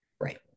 Right